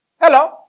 Hello